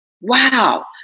Wow